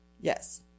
Yes